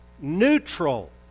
neutral